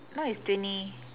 now is twenty